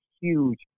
huge